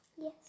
Yes